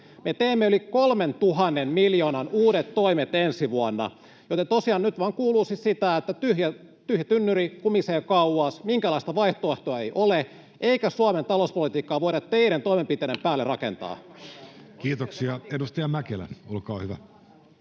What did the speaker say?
me teemme yli 3 000 miljoonan uudet toimet ensi vuonna. Joten tosiaan nyt vain kuuluu siis sitä, että tyhjä tynnyri kumisee kauas, minkäänlaista vaihtoehtoa ei ole, eikä Suomen talouspolitiikkaa voida teidän toimenpiteidenne päälle rakentaa.